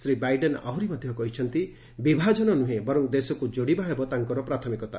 Shri Biden ଆହୁରି ମଧ୍ୟ କହିଛନ୍ତି ବିଭାଜନ ନୁହେଁ ବରଂ ଦେଶକୁ ଯୋଡ଼ିବା ହେବ ତାଙ୍କର ପ୍ରାଥମିକତା